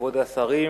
כבוד השרים,